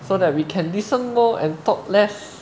so that we can listen more and talk less